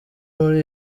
muri